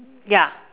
ya